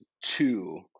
two